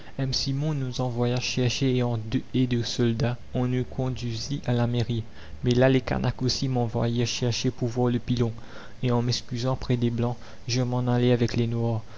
simon nous envoya chercher et entre deux haies de soldats on nous conduisit à la mairie mais là les canaques aussi m'envoyèrent chercher pour voir le pilon et en m'excusant près des blancs je m'en allai avec les noirs